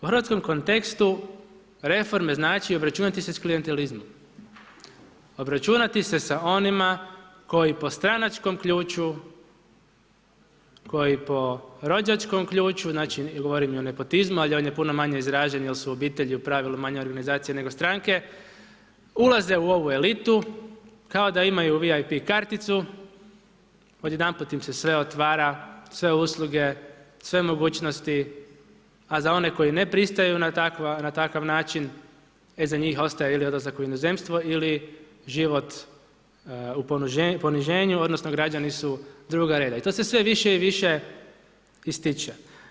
U hrvatskom kontekstu reforme znači obračunati se sa klijentelizmom, obračunati se sa onima koji po stranačkom ključu, koji po rođačkom ključu, znači govorimo o nepotizmu ali on je puno manje izražen jer su u obitelji u pravilu manje organizacije nego stranke, ulaze u ovu elitu kao da imaju VIP karticu, odjedanput im se sve otvara, sve usluge, sve mogućnosti a za one koji ne pristaju na takav način, e za njih ostaje ili odlazak u inozemstvo ili život u poniženju odnosno građani su drugog reda i to se sve više i više ističe.